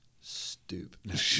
stupid